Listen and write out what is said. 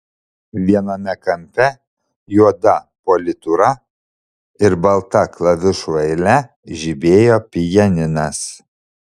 viename kampe juoda politūra ir balta klavišų eile žibėjo pianinas